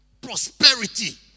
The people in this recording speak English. prosperity